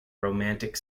romantic